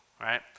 right